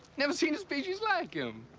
never seen a species like him.